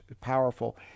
powerful